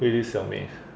pretty 小妹